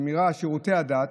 שמירה על שירותי הדת,